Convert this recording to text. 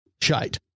Shite